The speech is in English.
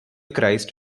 christ